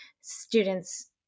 students